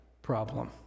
problem